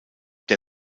der